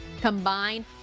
combined